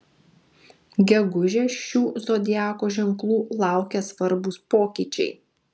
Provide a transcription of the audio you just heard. gegužę šių zodiako ženklų laukia svarbūs pokyčiai